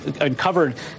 uncovered